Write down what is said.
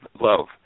love